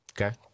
Okay